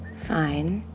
fine.